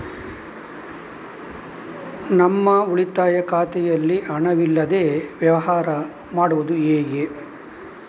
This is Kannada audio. ನಮ್ಮ ಉಳಿತಾಯ ಖಾತೆಯಲ್ಲಿ ಹಣವಿಲ್ಲದೇ ವ್ಯವಹಾರ ಮಾಡುವುದು ಹೇಗೆ?